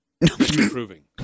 Improving